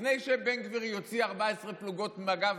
לפני שבן גביר יוציא 14 פלוגות מג"ב